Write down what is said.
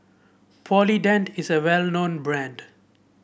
Polident is a well known brand